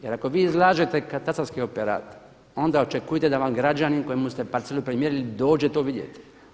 Jer ako vi izlažete katastarski operat onda očekujte da vam građanin kojemu ste parcelu premjerili dođe to vidjeti.